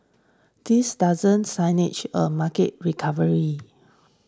this doesn't signage a market recovery